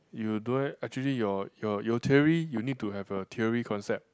you actually your your your theory you need to have a theory concept